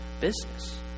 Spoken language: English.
business